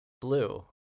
Blue